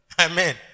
Amen